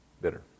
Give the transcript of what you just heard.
bitter